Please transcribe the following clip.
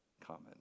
common